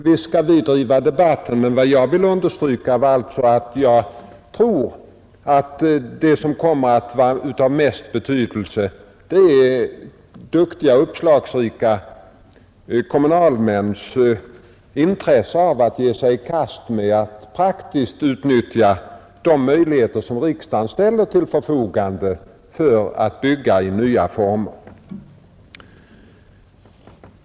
Visst skall vi driva debatten i riksdagen, men jag tror att det som kommer att ha störst betydelse är duktiga och uppslagsrika kommunalmäns intresse av att ge sig i kast med att praktiskt utnyttja de möjligheter som riksdagen ställer till förfogande att bygga i nya former.